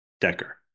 Decker